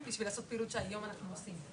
בשביל סוג הפעילות שהיום אנחנו עושים.